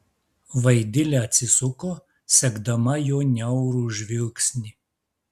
vaidilė atsisuko sekdama jo niaurų žvilgsnį